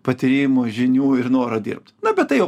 patyrimų žinių ir noro dirbt na bet tai jau